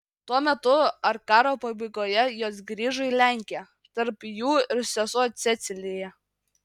tuo metu ar karo pabaigoje jos grįžo į lenkiją tarp jų ir sesuo cecilija